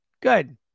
Good